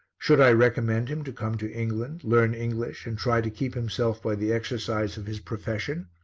should i recommend him to come to england, learn english and try to keep himself by the exercise of his profession?